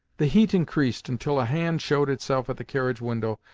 the heat increased until a hand showed itself at the carriage window,